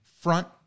front